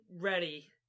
ready